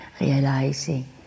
Realizing